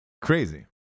Crazy